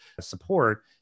support